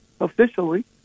officially